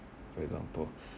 for example